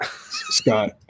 Scott